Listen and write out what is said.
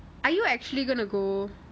are you actually gonna go